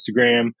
Instagram